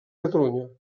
catalunya